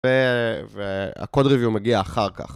והקוד ריוויום מגיע אחר כך.